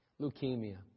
Leukemia